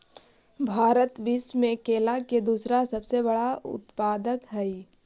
भारत विश्व में केला के दूसरा सबसे बड़ा उत्पादक हई